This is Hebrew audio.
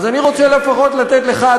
אז אני רוצה לפחות לתת לך,